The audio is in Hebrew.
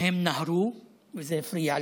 הם נהרו וזה הפריע לו,